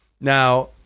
Now